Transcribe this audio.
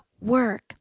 work